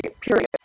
period